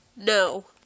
No